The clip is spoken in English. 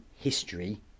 history